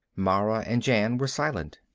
mara and jan were silent.